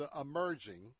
emerging